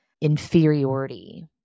Inferiority